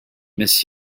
miss